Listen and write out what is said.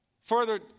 Further